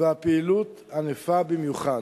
והפעילות ענפה במיוחד.